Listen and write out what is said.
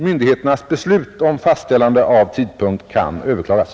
Myndighetens beslut om fastställande av tidpunkt kan överklagas.